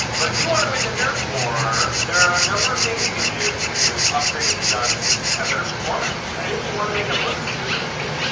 but if you want to win the nerf war, there are a number of things you can do to upgrade the gun to have better performance. and if you want to make it look cooler too, we